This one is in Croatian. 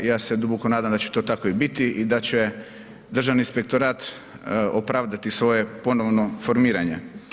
Ja se duboko nadam da će to tako i biti i da će Državni inspektorat opravdati svoje ponovno formiranje.